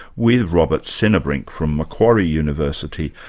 with robert sinnerbrink from macquarie university.